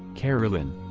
carolyn.